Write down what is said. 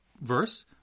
verse